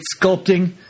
sculpting